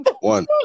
One